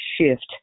shift